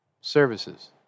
services